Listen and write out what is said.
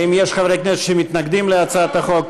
האם יש חברי כנסת שמתנגדים להצעת החוק?